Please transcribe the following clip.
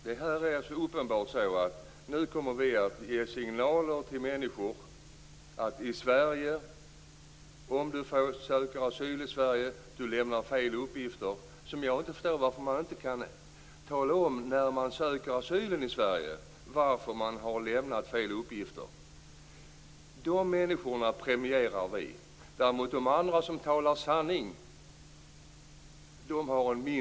Det är uppenbart att vi nu kommer att ge signaler till människor att man premieras om man söker asyl i Sverige och lämnar fel uppgifter - och jag förstår inte varför man inte kan tala om som det är. De som talar sanning får däremot mindre chans att få stanna.